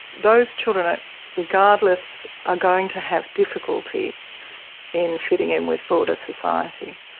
those children, ah regardless, are going to have difficulty in fitting in with broader society.